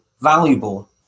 valuable